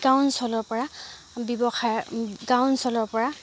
গাঁও অঞ্চলৰ পৰা ব্যৱসায় গাঁও অঞ্চলৰ পৰা